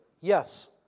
Yes